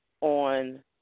on